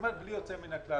כמעט בלי יוצא מן הכלל,